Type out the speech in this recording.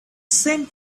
seemed